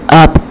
up